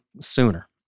sooner